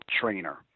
trainer